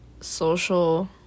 social